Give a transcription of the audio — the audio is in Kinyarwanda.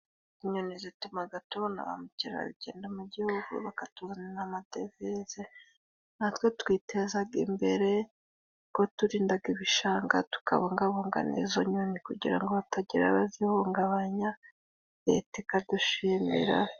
Inyoni zitumaga tubona ba mukerarugendo mu gihugu, bakatuzanira amadevize natwe twitezaga imbere kuko turindaga ibishanga, tukabungabunga n'izo nyoni kugira ngo hatagira abazihungabanya, Leta ikadushimira.